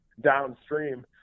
downstream